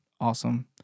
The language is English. awesome